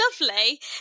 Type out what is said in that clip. lovely